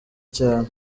cyane